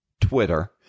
Twitter